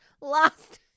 lost